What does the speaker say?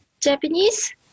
Japanese